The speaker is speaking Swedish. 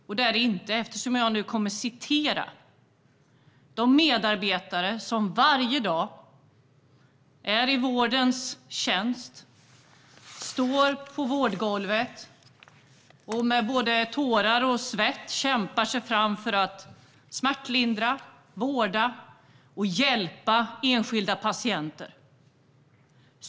Men det är det inte, utan det är de medarbetare som varje dag står på vårdgolvet och med tårar och svett kämpar för att smärtlindra, vårda och hjälpa enskilda patienter.